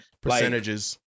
Percentages